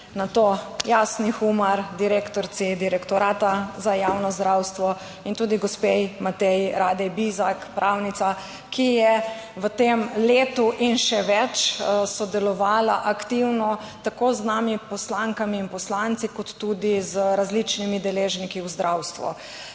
nato Jasni Humar, direktorici Direktorata za javno zdravstvo in tudi gospe Mateji Rade Bizjak, pravnica, ki je v tem letu in še več sodelovala aktivno tako z nami poslankami in poslanci, kot tudi z različnimi deležniki v zdravstvu.